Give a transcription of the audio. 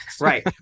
Right